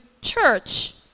church